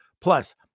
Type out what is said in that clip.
Plus